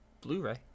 blu-ray